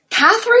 Catherine